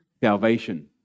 Salvation